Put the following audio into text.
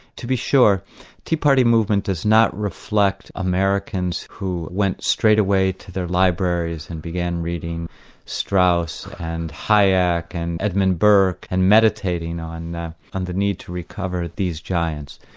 to be sure the tea party movement does not reflect americans who went straight away to their libraries and began reading strauss and hayek and edmund burke and meditating on on the need to recover these giants.